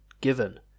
given